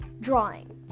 drawing